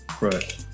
Right